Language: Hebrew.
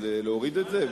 אז להוריד את זה,